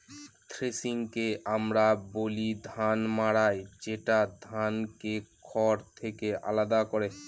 থ্রেশিংকে আমরা বলি ধান মাড়াই যেটা ধানকে খড় থেকে আলাদা করে